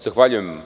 Zahvaljujem.